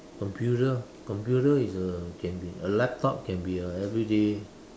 computer computer is a can be a laptop can be a everyday